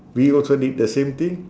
we also did the same thing